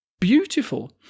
beautiful